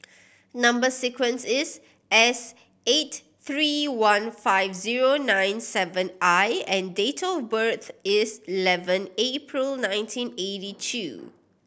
number sequence is S eight three one five zero nine seven I and date of birth is eleven April nineteen eighty two